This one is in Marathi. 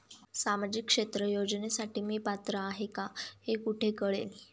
सामाजिक क्षेत्र योजनेसाठी मी पात्र आहे का हे कुठे कळेल?